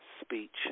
speech